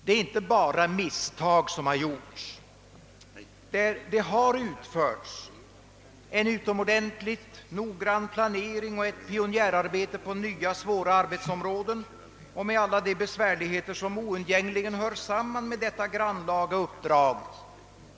Det är inte bara misstag som gjorts, utan det har utförts en utomordentlig noggrann planering och ett pionjärarbete på nya svåra arbetsområden med ålla de besvärligheter som oundgängligen hör samman med sådana grannlaga uppdrag.